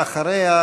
ואחריה,